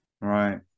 right